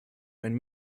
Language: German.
einen